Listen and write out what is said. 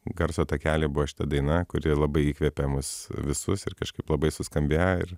garso takely buvo šita daina kuri labai įkvepia mus visus ir kažkaip labai suskambėjo ir